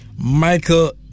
Michael